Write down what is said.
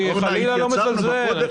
אני חלילה לא מזלזל,